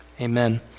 amen